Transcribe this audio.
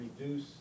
reduce